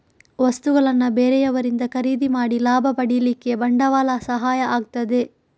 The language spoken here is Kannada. ವಸ್ತುಗಳನ್ನ ಬೇರೆಯವರಿಂದ ಖರೀದಿ ಮಾಡಿ ಲಾಭ ಪಡೀಲಿಕ್ಕೆ ಬಂಡವಾಳ ಸಹಾಯ ಆಗ್ತದೆ